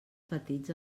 petits